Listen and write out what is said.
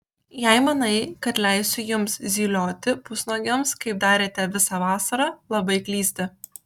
jei manai kad leisiu jums zylioti pusnuogiams kaip darėte visą vasarą labai klysti